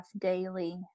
daily